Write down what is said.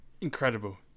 incredible